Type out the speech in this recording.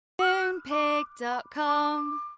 Moonpig.com